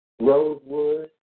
Rosewood